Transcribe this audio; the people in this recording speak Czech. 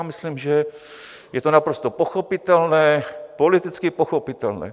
Myslím, že je to naprosto pochopitelné, politicky pochopitelné.